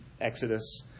Exodus